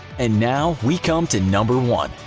and now we come to number one.